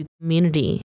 community